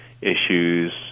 issues